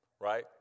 right